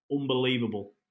Unbelievable